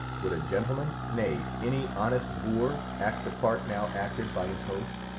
would a gentleman, nay, any honest boor, act the part now acted by his host?